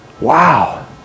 wow